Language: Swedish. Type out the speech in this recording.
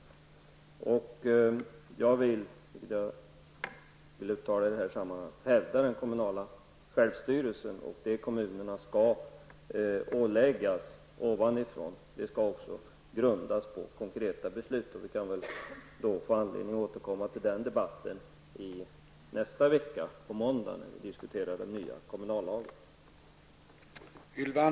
Jag vill i detta sammanhang hävda den kommunala självstyrelsen. Det som kommunerna skall åläggas uppifrån skall också grundas på konkreta beslut. Vi får väl anledning att återkomma till detta på måndag i nästa vecka då vi skall diskutera den nya kommunallagen.